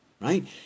right